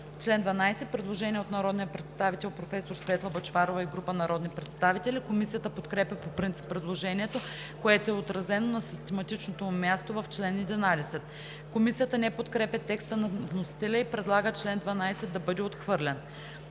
чл. 12 има предложение на народния представител професор Светла Бъчварова и група народни представители. Комисията подкрепя по принцип предложението, което е отразено на систематичното му място в чл. 11. Комисията не подкрепя текста на вносителя и предлага чл. 12 да бъде отхвърлен.